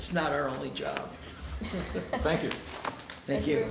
it's not our only job thank you thank you